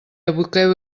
aboqueu